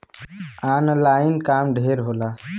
online काम ढेर होला